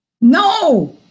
No